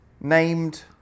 named